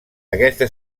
aquesta